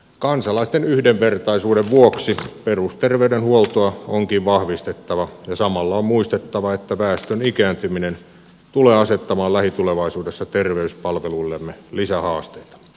kansalaisten yhdenvertaisuuden vuoksi perusterveydenhuoltoa onkin vahvistettava ja samalla on muistettava että väestön ikääntyminen tulee asettamaan lähitulevaisuudessa terveyspalveluillemme lisähaasteita